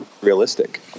realistic